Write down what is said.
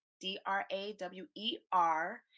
D-R-A-W-E-R